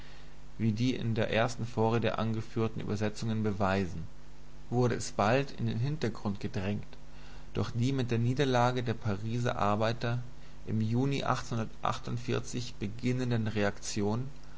wie die in der ersten vorrede angeführten übersetzungen beweisen wurde es bald in den hintergrund gedrängt durch die mit der niederlage der pariser arbeiter im juni beginnenden reaktion